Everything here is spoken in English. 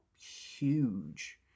huge